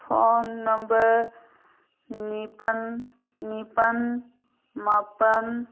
phone number ꯅꯤꯄꯥꯜ ꯅꯤꯄꯥꯜ ꯃꯥꯄꯜ